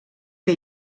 que